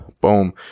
Boom